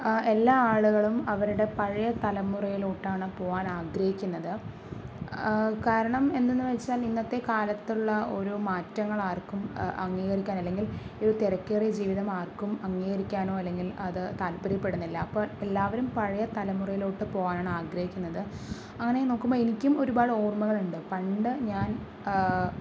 എല്ലാ ആളുകളും അവരുടെ പഴയ തലമുറയിലോട്ടാണ് പോകുവാൻ ആഗ്രഹിക്കുന്നത് കാരണം എന്താണെന്നു വച്ചാൽ ഇന്നത്തെ കാലത്തുള്ള ഓരോ മാറ്റങ്ങളാർക്കും അംഗീകരിക്കാൻ അല്ലെങ്കിൽ ഈയൊരു തിരക്കേറിയ ജീവിതം ആർക്കും അംഗീകരിക്കാനോ അല്ലെങ്കിൽ അത് താല്പര്യപ്പെടുന്നില്ല അപ്പോൾ എല്ലാവരും പഴയ തലമുറയിലോട്ട് പോകുവാനാണ് ആഗ്രഹിക്കുന്നത് അങ്ങനെ നോക്കുമ്പോൾ എനിക്കും ഒരുപാട് ഓർമ്മകളുണ്ട് പണ്ടു ഞാൻ